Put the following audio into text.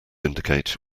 indicate